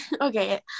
Okay